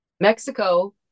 Mexico